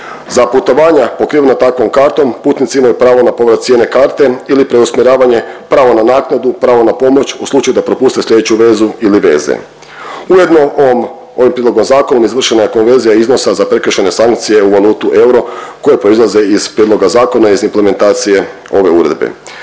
Za putovanja pokrivena takvom kartom putnici imaju pravo na povrat cijene karte ili preusmjeravanje, pravo na naknadu, pravo na pomoć u slučaju da propuste sljedeću vezu ili veze. Ujedno ovim prijedlogom zakona izvršena je konverzija iznosa za prekršajne sankcije u valutu euro koje proizlaze iz prijedloga zakona i iz implementacije ove uredbe.